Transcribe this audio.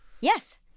Yes